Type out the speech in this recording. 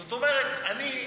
זאת אומרת, אני,